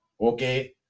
okay